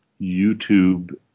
YouTube